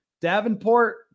Davenport